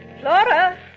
Flora